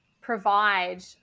provide